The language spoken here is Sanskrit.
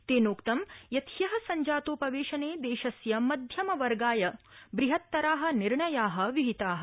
तेन उक्तं यत् हयः सञ्जातोपवेशने देशस्य मध्यम वर्गाय बृहतराःनिर्णयाः विहिताः